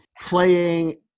Playing